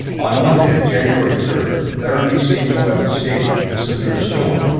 on monday, january third, laramie seemed to have escaped the severe storm,